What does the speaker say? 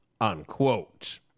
unquote